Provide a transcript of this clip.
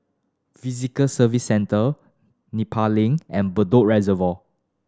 Visitor Service Centre Nepal Link and Bedok Reservoir